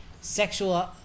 sexual